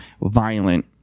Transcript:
violent